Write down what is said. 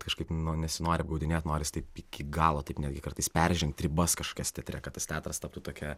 kažkaip nu nesinori apgaudinėt noris taip iki galo taip netgi kartais peržengt ribas kažkokias teatre kad tas teatras taptų tokia